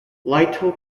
lytle